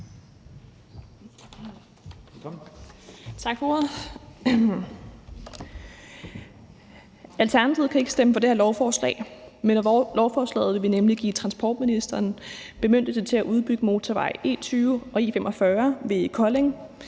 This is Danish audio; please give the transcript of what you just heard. Alternativet kan ikke stemme for det her lovforslag. Lovforslaget vil nemlig give transportministeren bemyndigelse til at udbygge motorvej E20 og E45 ved Kolding